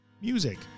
music